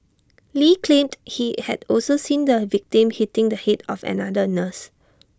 lee claimed he had also seen the victim hitting the Head of another nurse